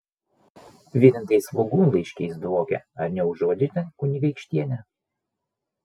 virintais svogūnlaiškiais dvokia ar neužuodžiate kunigaikštiene